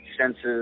senses